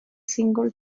single